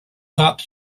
top